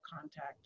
contact